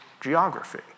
geography